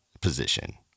position